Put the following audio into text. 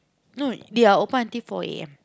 no they are open until four A_M